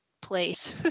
place